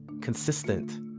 consistent